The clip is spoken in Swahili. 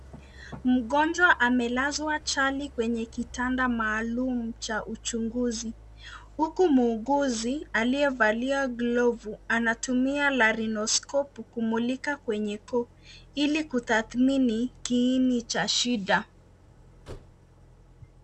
Mgonjwa amelazwa chali kwenye kitanda maalum cha uchunguzi. Huku muuguzi aliyevalia glovu, anatumia larino skopu kumulika kwenye koo. Ili kutadhmini kiini cha shida.